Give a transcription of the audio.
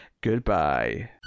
goodbye